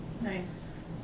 Nice